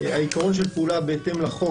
לפי העיקרון של פעולה בהתאם לחוק,